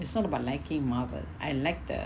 it's not about liking marvel I like the